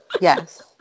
Yes